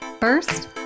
First